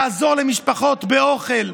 לעזור למשפחות באוכל.